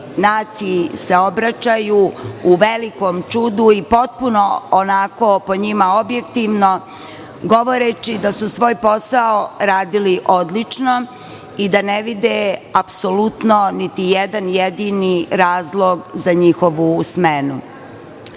naciji se obraćaju u velikom čudu i potpuno, onako, po njima objektivno, govoreći da su svoj posao radili odlično i da ne vide apsolutno niti jedan jedini razlog za njihovu smenu. Dok